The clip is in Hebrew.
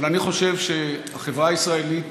אבל אני חושב שהחברה הישראלית